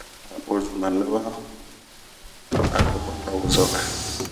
Din a wozoma laban ,a ɲa a vunuro wozomɛ.